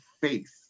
faith